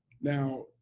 Now